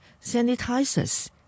sanitizers